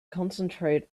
concentrate